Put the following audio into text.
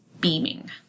beaming